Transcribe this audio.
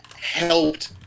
helped